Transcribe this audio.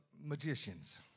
magicians